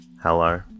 Hello